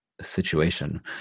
situation